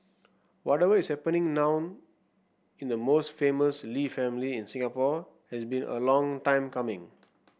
whatever is happening now in the most famous Lee family in Singapore has been a long time coming